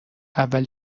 اول